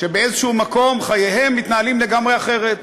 שבאיזה מקום חייהם מתנהלים לגמרי אחרת,